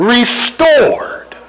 restored